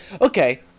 Okay